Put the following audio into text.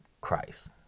Christ